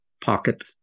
pocket